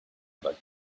about